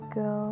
go